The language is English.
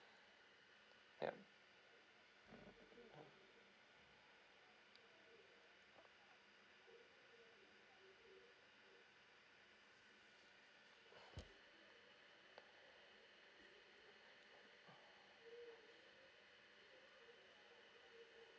yeah